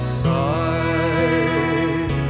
side